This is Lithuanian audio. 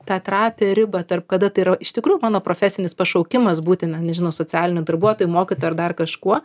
tą trapią ribą tarp kada tai yra iš tikrųjų mano profesinis pašaukimas būti na nežinau socialiniu darbuotoju mokytoju ar dar kažkuo